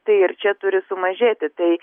tai ir čia turi sumažėti tai